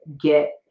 Get